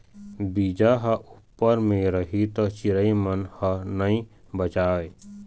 बीजा ह उप्पर म रही त चिरई मन ह नइ बचावय